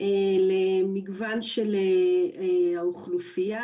למגוון של האוכלוסייה.